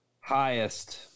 highest